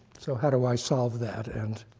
so how do i solve that? and